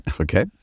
Okay